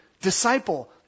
Disciple